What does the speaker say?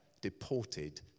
deported